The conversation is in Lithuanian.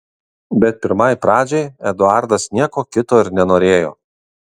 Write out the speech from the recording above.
bet pirmai pradžiai eduardas nieko kito ir nenorėjo